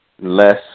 less